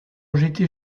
j’étais